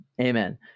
Amen